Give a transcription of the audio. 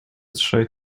trzej